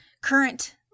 current